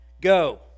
Go